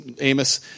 Amos